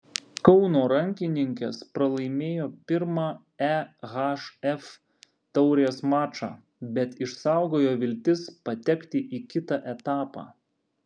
kauno rankininkės pralaimėjo pirmą ehf taurės mačą bet išsaugojo viltis patekti į kitą etapą